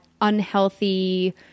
unhealthy